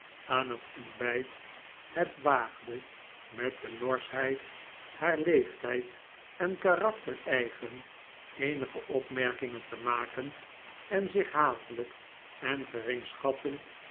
aan het ontbijt het waagde met de norschheid haar leeftijd en karakter eigen eenige opmerkingen te maken en zich hatelijk en